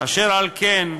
אשר על כן,